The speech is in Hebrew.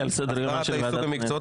הבריאות (תיקון מס' 8) (הסדרת העיסוק במקצועות